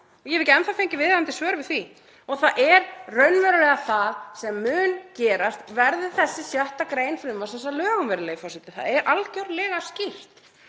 ég hef ekki enn þá fengið viðeigandi svör við því. Og það er raunverulega það sem mun gerast verði þessi 6. gr. frumvarpsins að lögum, virðulegi forseti. Það er algjörlega skýrt.